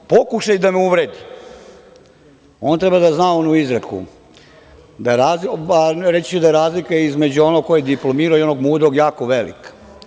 Pokušaj da me uvrede, on treba da zna onu izreku, reći ću da razlika između onog ko je diplomirao i onog mudrog je jako velika.